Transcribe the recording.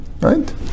Right